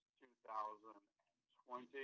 2020